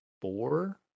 four